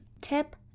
Tip